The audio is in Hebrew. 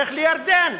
לך לירדן,